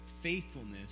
faithfulness